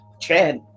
Chad